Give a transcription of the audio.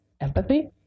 empathy